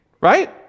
Right